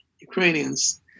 Ukrainians